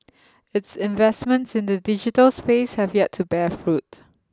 its investments in the digital space have yet to bear fruit